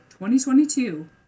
2022